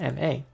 MA